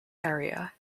area